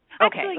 Okay